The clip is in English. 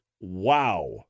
wow